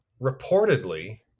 reportedly